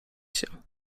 się